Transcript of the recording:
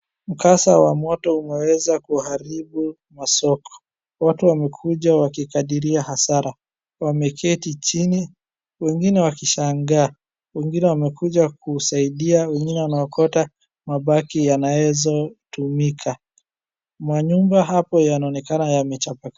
Mkasa wa moto umeweza kuharibu masoko, watu wamekuja wakikadiria hasara wameketi chini wengine wakishangaa, wengine wamekuja kusaidia, wengine wanaokota mabaki yanazo tumika. Manyumba hapo yanaonekana yamechapakaa.